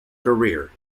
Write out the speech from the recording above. career